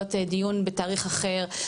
לעשות דיון בתאריך אחר,